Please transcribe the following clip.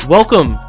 Welcome